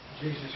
Jesus